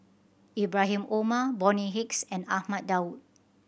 Ibrahim Omar Bonny Hicks and Ahmad Daud